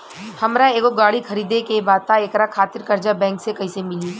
हमरा एगो गाड़ी खरीदे के बा त एकरा खातिर कर्जा बैंक से कईसे मिली?